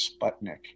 Sputnik